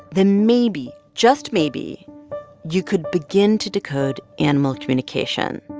then maybe just maybe you could begin to decode animal communication.